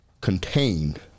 contained